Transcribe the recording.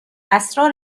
اسرار